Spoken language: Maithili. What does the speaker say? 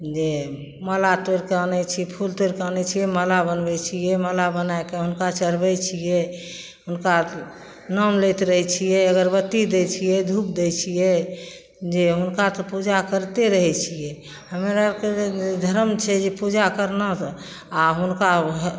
जे माला तोड़िके आनै छिए फूल तोड़िके आनै छिए माला बनबै छिए माला बनैके हुनका चढ़बै छिए हुनका नाम लैत रहै छिए अगरबत्ती दै छिए धूप दै छिए जे हुनका तऽ पूजा करिते रहै छिए हमरा आओरके जे धर्म छै जे पूजा करना आओर हुनका